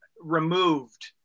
removed